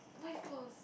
by close